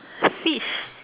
fish